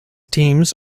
teams